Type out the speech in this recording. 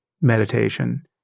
meditation